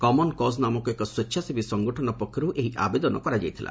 common cause ନାମକ ଏକ ସ୍ୱେଚ୍ଛାସେବୀ ସଂଗଠନ ପକ୍ଷରୁ ଏହି ଆବେଦନ କରାଯାଇଥିଲା